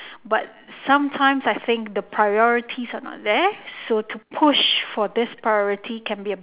but sometimes I think the priorities are not there so to push for this priority can be a